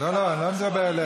לא, אני לא מדבר אליך.